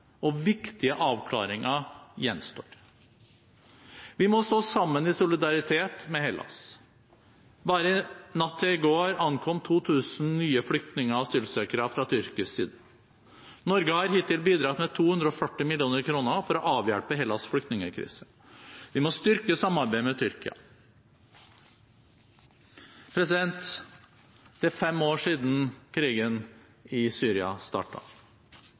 og viktige avklaringer gjenstår. Vi må stå sammen i solidaritet med Hellas. Bare natt til i går ankom 2 000 nye flyktninger og asylsøkere fra tyrkisk side. Norge har hittil bidratt med 240 mill. kr for å avhjelpe Hellas’ flyktningkrise. Vi må styrke samarbeidet med Tyrkia. Det er fem år siden krigen i Syria